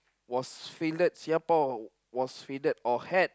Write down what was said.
was fielded Singapore was fielded or had